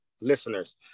listeners